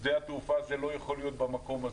ששדה התעופה הזה לא יכול להיות במקום הזה,